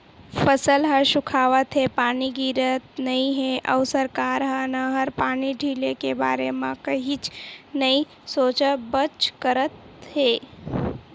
फसल ह सुखावत हे, पानी गिरत नइ हे अउ सरकार ह नहर पानी ढिले के बारे म कहीच नइ सोचबच करत हे